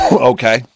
Okay